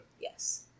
Yes